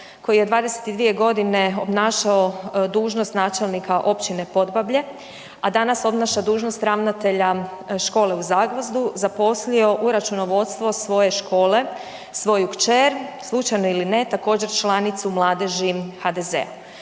koji je 22 g. obnašao dužnost načelnika općine Podbablje danas obnaša dužnost ravnatelja škole u Zagvozdu, zaposlio u računovodstvo svoje škole, svoju kćer, slučajno ili ne, također članicu mladeži HDZ-a